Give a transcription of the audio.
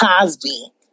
Cosby